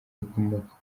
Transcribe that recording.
rikomoka